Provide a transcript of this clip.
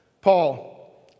Paul